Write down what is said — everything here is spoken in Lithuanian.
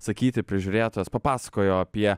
sakyti prižiūrėtojas papasakojo apie